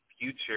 future